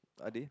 are they